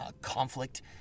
conflict